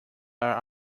are